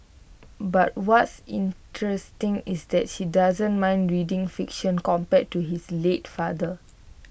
but what's interesting is that she doesn't mind reading fiction compared to his late father